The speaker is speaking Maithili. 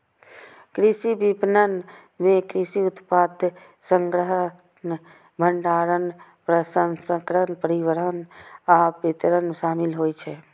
कृषि विपणन मे कृषि उत्पाद संग्रहण, भंडारण, प्रसंस्करण, परिवहन आ वितरण शामिल होइ छै